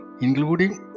including